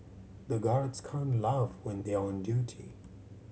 the guards can't laugh when they are on duty